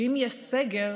ובמקרה שיש סגר